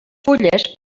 fulles